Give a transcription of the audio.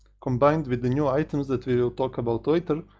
combined with the new items that we will talk about later,